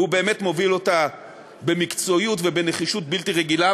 והוא באמת מוביל אותה במקצועיות ובנחישות בלתי רגילה,